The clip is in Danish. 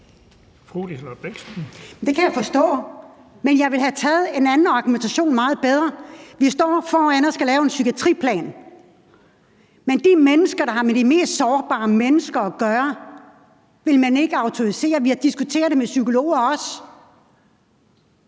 Det kan jeg forstå, men jeg ville have taget en anden argumentation meget bedre ned. Vi står foran at lave en psykiatriplan, men de mennesker, der har med de mest sårbare mennesker at gøre, vil man ikke autorisere. Vi har også diskuteret det med psykologer.